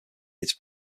its